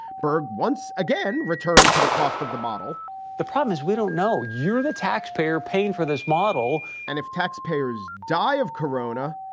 berg once again returned to the cost of the model the problem is, we don't know you're the taxpayer paying for this model and if taxpayers die of corona,